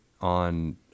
on